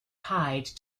hyde